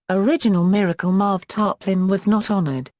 original miracle marv tarplin was not honored,